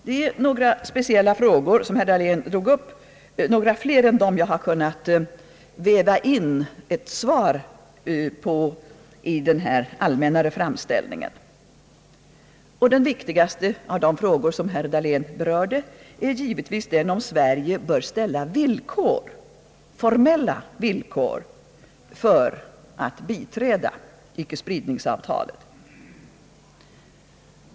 Herr Dahlén drog upp några särskilda frågor utöver dem jag kunnat väva in svar på i denna mera allmänna framställning, och den viktigaste av de frågor som herr Dahlén berörde är givetvis den om Sverige bör ställa formella villkor för att biträda icke-spridnings-avtalet.